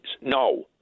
No